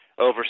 over